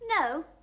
no